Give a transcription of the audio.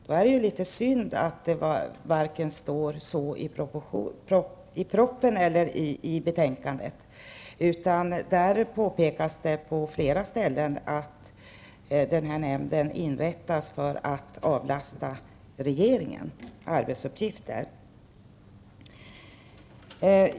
Då är det litet synd att det inte står vare sig i propositionen eller i betänkandet, utan det påpekas på flera ställen att denna nämnd inrättas för att avlasta regeringen arbetsuppgifter.